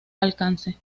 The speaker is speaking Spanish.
alcance